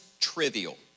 trivial